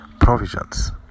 provisions